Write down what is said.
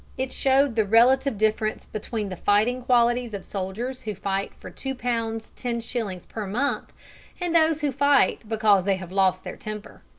it showed the relative difference between the fighting qualities of soldiers who fight for two pounds ten shillings per month and those who fight because they have lost their temper.